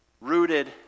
rooted